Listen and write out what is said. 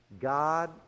God